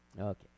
Okay